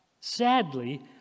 sadly